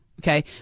Okay